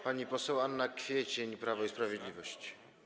Pani poseł Anna Kwiecień, Prawo i Sprawiedliwość.